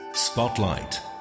Spotlight